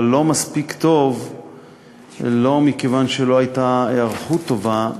אבל לא מספיק טוב לא מכיוון שלא הייתה היערכות טובה,